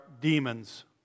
demons